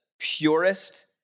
purest